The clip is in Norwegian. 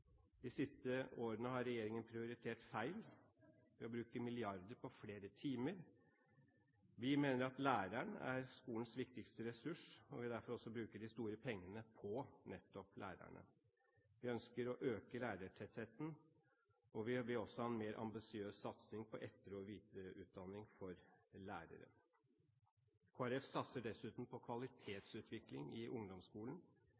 De siste årene har regjeringen prioritert feil ved å bruke milliarder på flere undervisningstimer. Vi mener at læreren er skolens viktigste ressurs, og vil derfor bruke de store pengene på nettopp lærerne. Vi ønsker å øke lærertettheten. Vi vil også ha en mer ambisiøs satsing på etter- og videreutdanning for lærere. Kristelig Folkeparti satser dessuten på